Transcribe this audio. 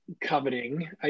coveting